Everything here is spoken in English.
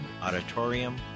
auditorium